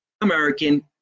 American